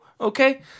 okay